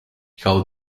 how